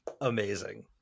Amazing